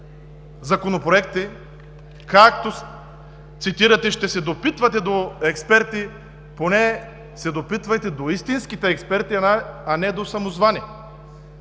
законопроекти, както цитирате, ще се допитвате до експерти, но поне се допитвайте до истинските експерти, а не до самозваните.